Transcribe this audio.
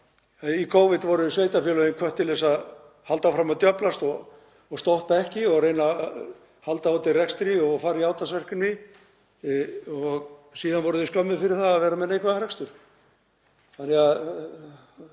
í Covid voru sveitarfélögin hvött til að halda áfram að djöflast og stoppa ekki og reyna að halda úti rekstri og fara í átaksverkefni og síðan vorum við skömmuð fyrir að vera með neikvæðan rekstur. Þetta